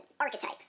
archetype